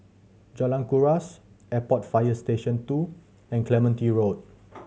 Jalan Kuras Airport Fire Station Two and Clementi Road